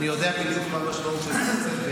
אני יודע בדיוק מה המשמעות של זה.